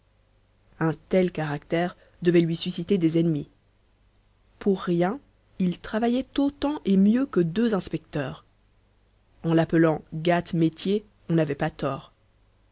un tel caractère devait lui susciter des ennemis pour rien il travaillait autant et mieux que deux inspecteurs en l'appelant gâte métier on n'avait pas tort